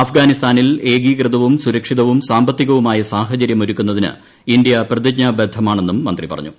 അഫ്ഗാനിസ്ഥാനിൽ ഏകീകൃതവും സുരക്ഷിതവും സാമ്പത്തികവുമായ സാഹചര്യം ഒരുക്കുന്നതിന് ഇന്ത്യ പ്രതിജ്ഞബദ്ധമാണെന്നും മന്ത്രി പറഞ്ഞു